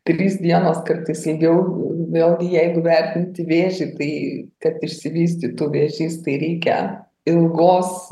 trys dienos kartais ilgiau vėlgi jeigu vertinti vėžį tai kad išsivystytų vėžys tai reikia ilgos